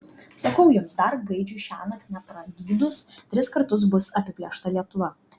sakau jums dar gaidžiui šiąnakt nepragydus tris kartus bus apiplėšta lietuva